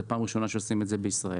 זאת פעם ראשונה שעושים את זה בישראל.